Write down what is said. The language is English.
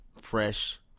fresh